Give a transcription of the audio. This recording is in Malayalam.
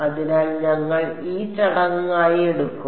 അതിനാൽ ഞങ്ങൾ ഈ ചടങ്ങായി എടുക്കും